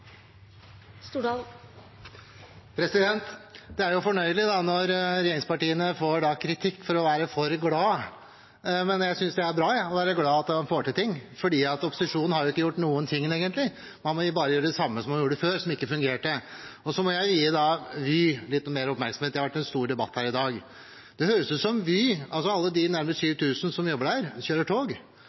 Det er fornøyelig når regjeringspartiene får kritikk for å være for glade. Jeg synes det er bra å være glad for at man får til ting, for opposisjonen har egentlig ikke gjort noe – man gjør bare det samme som man gjorde før, som ikke fungerte. Så må jeg gi Vy litt mer oppmerksomhet. Det har vært en stor debatt om det her i dag. Det høres ut som om alle de nærmere 7 000 som jobber i Vy, kjører tog.